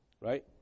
right